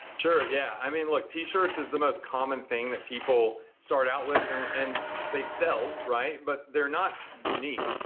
sure, yeah. i mean, look, t-shirts is the most common thing that people start out with. and they sell, right? but they're not unique.